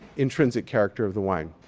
intrinsic character of the wine.